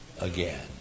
again